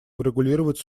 урегулировать